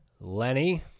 Lenny